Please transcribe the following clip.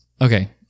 Okay